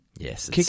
Yes